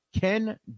Ken